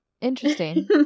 interesting